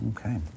Okay